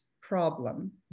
problem